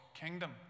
kingdom